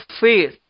faith